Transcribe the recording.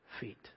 feet